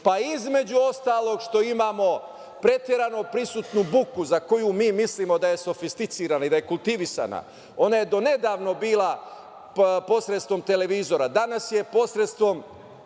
Između ostalog što imamo preterano prisutnu buku za koju mi mislimo da je sofisticirana i da je kultivisana. Ona je do nedavno bila posredstvom televizora. Danas je posredstvom